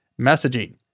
messaging